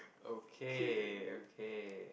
okay okay